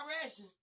direction